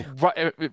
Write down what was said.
right